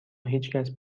هیچکس